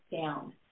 down